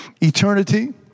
eternity